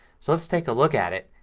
so let's take a look at it.